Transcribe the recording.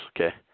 Okay